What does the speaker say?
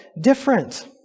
different